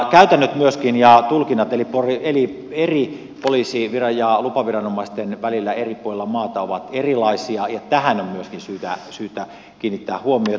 käytännöt myöskin ja tulkinnat eri poliisi ja lupaviranomaisten välillä eri puolilla maata ovat erilaisia ja tähän on myöskin syytä kiinnittää huomiota